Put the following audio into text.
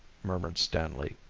murmured stanley.